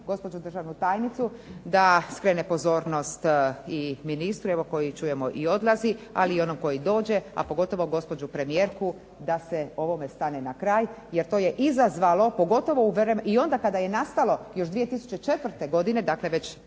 gospođu državnu tajnicu da skrene pozornost i ministru evo koji čujemo i odlazi, ali i onom koji dođe, a pogotovo gospođu premijerku da se ovome stane na kraj jer to je izazvalo, pogotovo i onda kada je nastalo još 2004. godine dakle već